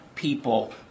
people